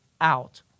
out